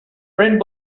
friend